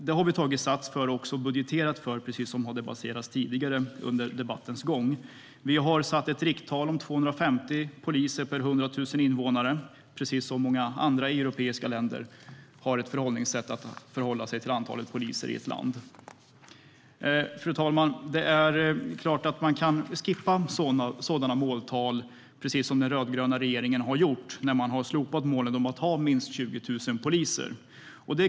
Det har vi också budgeterat för, precis som det också har sagts tidigare under debattens gång. Vi har satt ett rikttal om 250 poliser per 100 000 invånare, precis som i många andra europeiska länder. Fru talman! Det är klart att man kan skippa sådana måltal, precis som den rödgröna regeringen har gjort när man har slopat målet om minst 20 000 poliser.